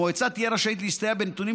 המועצה תהיה רשאית להסתייע בנתונים